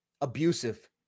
abusive